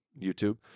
YouTube